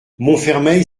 montfermeil